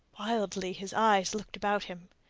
wildly his eyes looked about him.